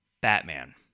Batman